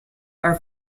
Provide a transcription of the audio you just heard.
are